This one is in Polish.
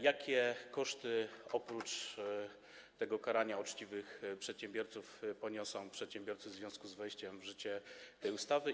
Jakie koszty, oprócz tego karania uczciwych przedsiębiorców, poniosą przedsiębiorcy w związku z wejściem w życie tej ustawy?